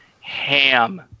ham